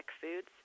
foods